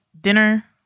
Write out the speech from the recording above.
dinner